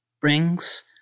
brings